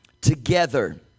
together